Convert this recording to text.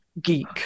geek